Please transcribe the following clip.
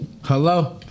Hello